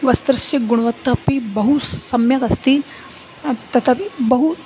वस्त्रस्य गुणवत्ता अपि बहुसम्यक् अस्ति तथा बहु